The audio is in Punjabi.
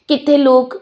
ਕਿੱਥੇ ਲੋਕ